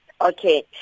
Okay